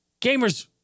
Gamers